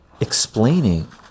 explaining